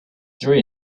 true